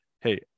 hey